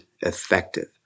effective